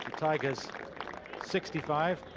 tigers sixty-five.